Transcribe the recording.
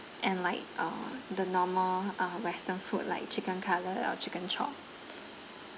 and like uh the normal uh western food like chicken cutlet or chicken chop